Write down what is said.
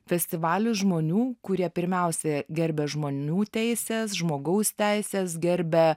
festivalis žmonių kurie pirmiausia gerbia žmonių teises žmogaus teises gerbia